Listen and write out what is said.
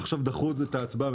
עכשיו דחו את ההצבעה,